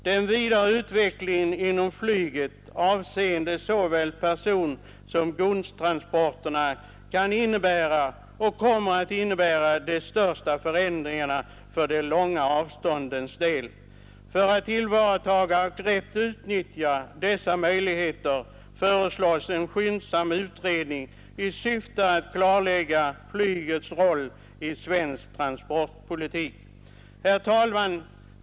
Den vidare utvecklingen inom flyget avseende såväl personsom godstransporterna kommer att innebära de största förändringarna för de långa avståndens del. För att tillvarataga och rätt utnyttja dessa möjligheter föreslås en skyndsam utredning i syfte att klarlägga flygets roll i svensk transportpolitik. Herr talman!